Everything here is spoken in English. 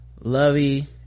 lovey